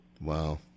Wow